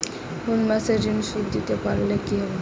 কোন মাস এ ঋণের সুধ দিতে না পারলে কি হবে?